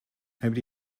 nobody